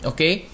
Okay